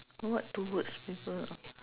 what two words people